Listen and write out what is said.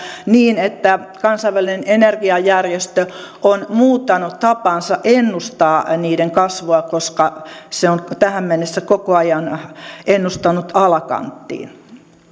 niin että kansainvälinen energiajärjestö on muuttanut tapaansa ennustaa niiden kasvua koska se on tähän mennessä koko ajan ennustanut alakanttiin